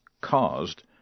caused